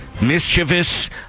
mischievous